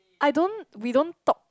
I don't we don't talk